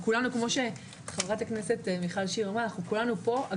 כפי שאמרה חברת הכנסת שיר אמרה, כולנו פה.